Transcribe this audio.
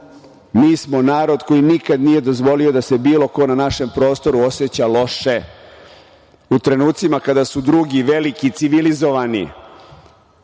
Mi smo narod koji nikad nije dozvolio da se bilo ko na našem prostoru oseća loše.U trenucima kada su drugi, veliki, civilizovani